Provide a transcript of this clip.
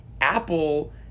Apple